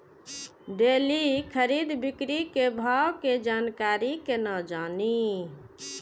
Daily खरीद बिक्री के भाव के जानकारी केना जानी?